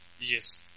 Yes